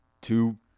Two